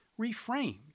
reframed